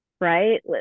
right